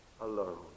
alone